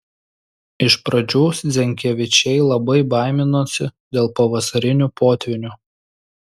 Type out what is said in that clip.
iš pradžių zenkevičiai labai baiminosi dėl pavasarinių potvynių